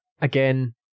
again